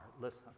listen